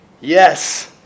Yes